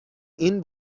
این